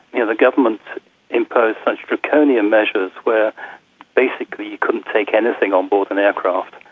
you know the government imposed such draconian measures where basically you couldn't take anything on board an aircraft,